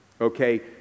okay